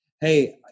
hey